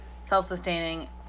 self-sustaining